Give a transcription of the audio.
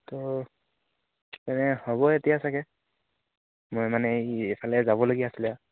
ত' তেনে হ'ব এতিয়া চাগে মই মানে এই এইফালে যাবলগীয়া আছিলে